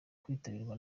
kwitabirwa